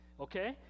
Okay